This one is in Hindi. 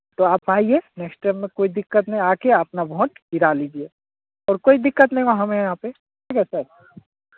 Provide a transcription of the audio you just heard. तो आप आइए नेक्स्ट टाइम में कोई दिक्कत नहीं आ कर अपना वोट गिरा लीजिए और कोई दिक्कत नहीं होगा यहाँ पर सर ठीक है सर